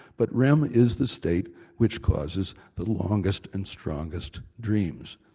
but rem is the state which causes the longest and strongest dreams.